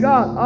God